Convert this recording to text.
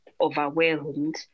overwhelmed